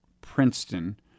Princeton